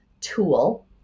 tool